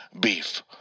beef